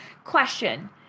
question